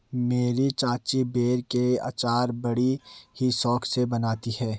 मेरी चाची बेर के अचार बड़ी ही शौक से बनाती है